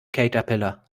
caterpillar